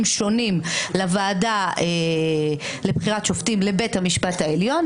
שונים לוועדה לבחירת שופטים לבית המשפט העליון,